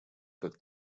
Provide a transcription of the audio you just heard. как